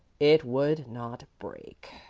it would not break.